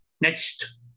next